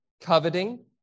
coveting